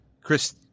Chris